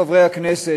חברי הכנסת,